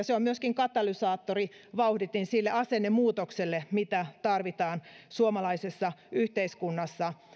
se on myöskin katalysaattori vauhditin sille asennemuutokselle mitä tarvitaan suomalaisessa yhteiskunnassa kun